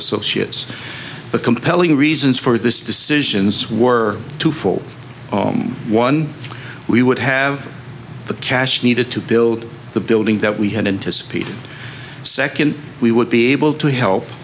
associates but compelling reasons for this decisions were two for one we would have the cash needed to build the building that we had anticipated second we would be able to help